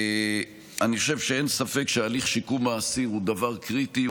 אני חושב שאין ספק שתהליך שיקום האסיר הוא דבר קריטי,